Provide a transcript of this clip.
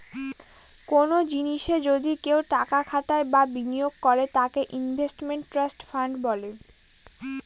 কোনো জিনিসে যদি কেউ টাকা খাটায় বা বিনিয়োগ করে তাকে ইনভেস্টমেন্ট ট্রাস্ট ফান্ড বলে